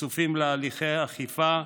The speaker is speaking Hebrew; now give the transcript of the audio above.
חשופים להליכי אכיפה,